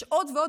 יש עוד ועוד,